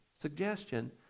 suggestion